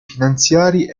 finanziari